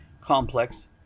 complex